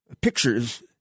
pictures